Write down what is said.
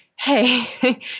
Hey